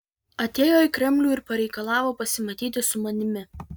atėjo į kremlių ir pareikalavo pasimatyti su manimi